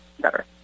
better